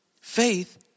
Faith